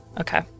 Okay